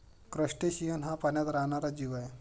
crustacean हा पाण्यात राहणारा जीव आहे